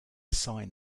sign